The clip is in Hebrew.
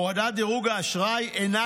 החלטת מודי'ס על הורדת דירוג האשראי "אינה